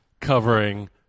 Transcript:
covering